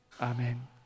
Amen